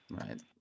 Right